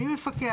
מי מפקח?